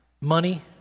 money